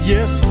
Yes